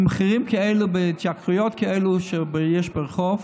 בהתייקרויות כאלה שיש ברחוב,